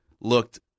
looked